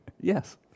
yes